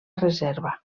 reserva